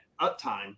uptime